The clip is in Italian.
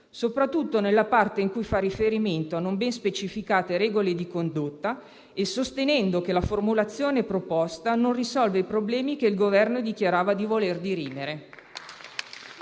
soprattutto nella parte in cui fa riferimento a non ben specificate regole di condotta, sostenendo che la formulazione proposta non risolve i problemi che il Governo dichiarava di voler dirimere.